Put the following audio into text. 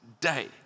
day